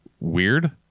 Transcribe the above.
Weird